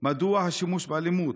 2. מדוע היה שימוש באלימות?